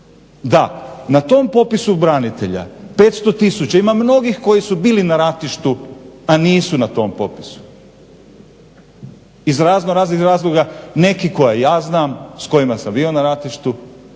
Da, na tom popisu branitelja 500 tisuća ima mnogih koji su bili na ratištu, a nisu na tom popisu iz raznoraznih razloga. Neki koje ja znam, s kojima sam bio na ratištu